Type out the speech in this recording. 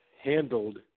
handled